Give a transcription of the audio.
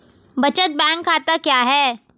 बचत बैंक खाता क्या है?